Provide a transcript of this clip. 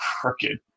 crooked